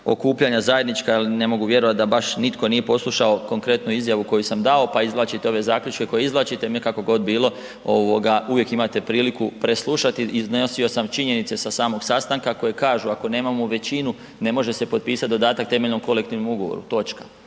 okupljanja zajednička jer ne mogu vjerovat da baš nitko nije poslušao konkretnu izjavu koju sam dao pa izvlačite ove zaključke kako izvlačite no kako god bilo, uvijek imate priliku preslušati. Iznosio sam činjenice sa samog sastanka koje kažu ako nemamo većinu, ne može se potpisati dodatak temeljnom kolektivnom ugovoru, točka.